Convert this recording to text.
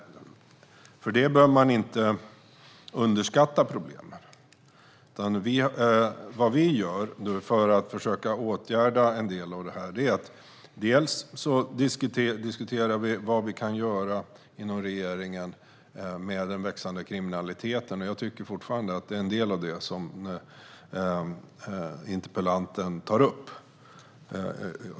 Men vi ska inte underskatta problemen. För att försöka åtgärda en del av problemen diskuterar vi vad regeringen kan göra med den växande kriminaliteten. Jag tycker fortfarande att kriminalitet är en del av det problem interpellanten tar upp.